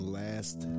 last